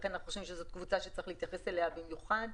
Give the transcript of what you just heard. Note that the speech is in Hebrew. לכן אנחנו חושבים שזאת קבוצה שצריכים להתייחס אליה באופן מיוחד.